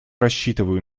рассчитываю